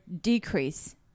decrease